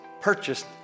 purchased